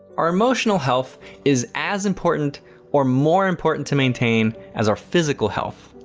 our emotional health is as important or more important to maintain as our physical health.